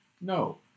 no